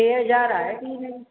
टे हज़ार आहे फ़ी हुनजी